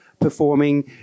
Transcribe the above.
performing